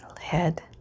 Head